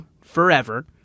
forever